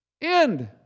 End